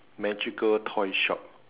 magical toy shop